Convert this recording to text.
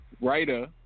writer